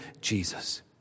Jesus